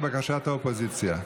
לבקשת האופוזיציה.